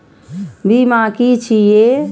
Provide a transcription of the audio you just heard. बीमा की छी ये?